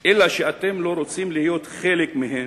ואתם לא רוצים להיות חלק מהם,